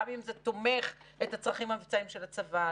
אם זה תומך את הצרכים המבצעיים של הצבא,